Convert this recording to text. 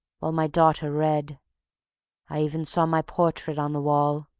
while my daughter read i even saw my portrait on the wall.